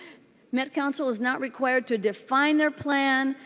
met council is not required to define their plan.